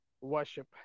worship